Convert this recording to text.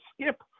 Skip